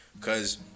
Cause